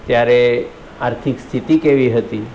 ત્યારે આર્થિક સ્થિતિ કેવી હતી